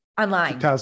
online